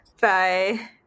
Bye